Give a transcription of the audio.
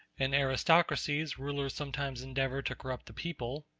in aristocracies rulers sometimes endeavor to corrupt the people